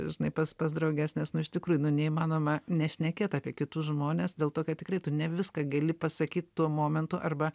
žinai pas pas drauges nes nu iš tikrųjų neįmanoma nešnekėt apie kitus žmones dėl to kad tikrai tu ne viską gali pasakyt tuo momentu arba